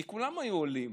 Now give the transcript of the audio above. כי כולם היו עולים,